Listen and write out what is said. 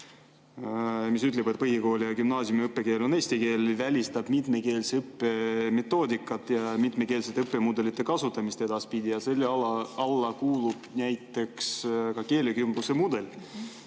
mis ütleb, et põhikooli ja gümnaasiumi õppekeel on eesti keel, välistab mitmekeelse õppe metoodika ja mitmekeelsete õppemudelite kasutamise edaspidi ja selle alla kuulub näiteks ka keelekümbluse mudel.